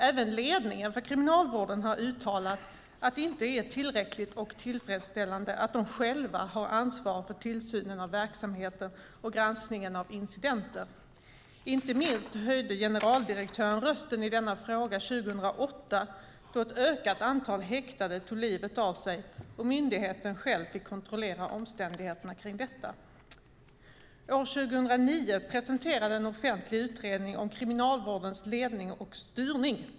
Även ledningen för Kriminalvården har uttalat att det inte är tillräckligt och tillfredsställande att de själva har ansvar för tillsynen av verksamheten och granskningen av incidenter. Inte minst höjde generaldirektören rösten i denna fråga 2008, då ett ökat antal häktade tog livet av sig och myndigheten själv fick kontrollera omständigheterna kring detta. År 2009 presenterades en offentlig utredning om Kriminalvårdens ledning och styrning.